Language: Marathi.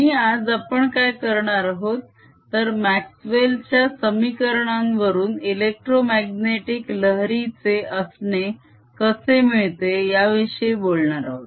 आणि आज आपण काय करणार आहोत तर म्याक्स्वेल च्या समीकरणांवरून इलेक्ट्रोमाग्नेटीक लहरीचे असणे कसे मिळते याविषयी बोलणार आहोत